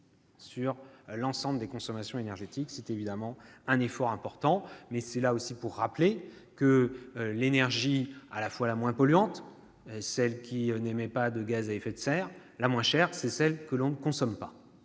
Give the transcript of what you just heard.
sur l'ensemble des consommations énergétiques à l'horizon 2050. C'est évidemment un effort important, mais c'est aussi pour rappeler que l'énergie la moins polluante, celle qui n'émet pas de gaz à effet de serre, l'énergie la moins chère, c'est celle que l'on ne consomme pas.